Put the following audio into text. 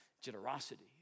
Generosity